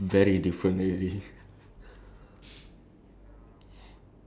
basically like any situation right you just turn on like sad piano music